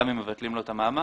גם אם מבטלים לו את המעמד.